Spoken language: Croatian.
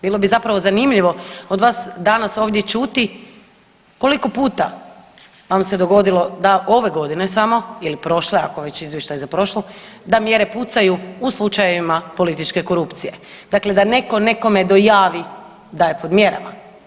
Bilo bi zapravo zanimljivo od vas danas ovdje čuti koliko puta vam se dogodilo da ove godine samo ili prošle ako je već izvještaj za prošlu, da mjere pucaju u slučajevima političke korupcije, dakle da netko nekome dojavi da je pod mjerama.